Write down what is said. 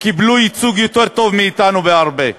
קיבלו ייצוג יותר טוב מאתנו בהרבה,